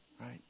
right